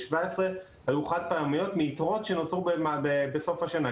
ו-2017 היו חד-פעמיות מיתרות שנוצרו בסוף השנה.